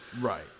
Right